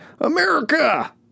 America